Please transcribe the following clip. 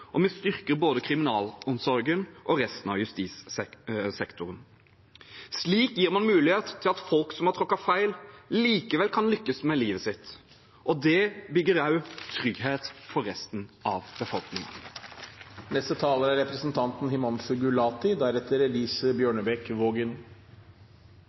og vi styrker både kriminalomsorgen og resten av justissektoren. Slik gir man mulighet til at folk som har tråkket feil, likevel kan lykkes med livet sitt, og det bygger også trygghet for resten av befolkningen. Å beskytte landets innbyggere og ivareta deres trygghet er